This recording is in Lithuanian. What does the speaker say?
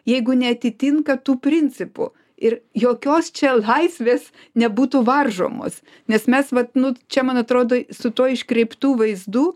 jeigu neatitinka tų principų ir jokios čia laisvės nebūtų varžomos nes mes vat nu čia man atrodo su tuo iškreiptų vaizdų